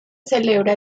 celebra